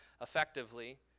effectively